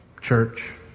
church